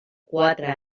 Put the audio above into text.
quatre